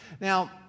Now